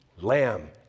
lamb